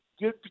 good